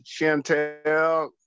Chantel